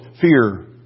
Fear